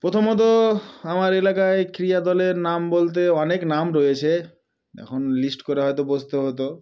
প্রথমত আমার এলাকায় ক্রিয়াদলের নাম বলতে অনেক নাম রয়েছে এখন লিস্ট করে হয়তো বসতে হতো